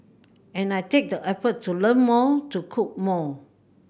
and I take the effort to learn more to cook more